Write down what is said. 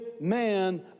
man